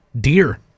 Dear